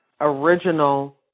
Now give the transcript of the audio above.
original